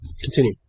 continue